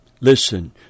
Listen